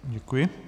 Děkuji.